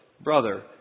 brother